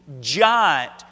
giant